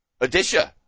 Odisha